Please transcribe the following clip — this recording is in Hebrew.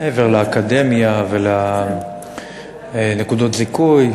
מעבר לאקדמיה ולנקודות זיכוי.